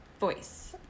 voice